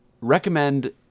recommend